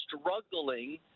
struggling